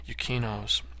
Yukino's